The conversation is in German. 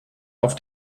auf